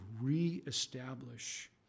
reestablish